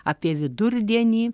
apie vidurdienį